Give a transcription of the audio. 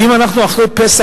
ואם אנחנו נמצאים אחרי פסח,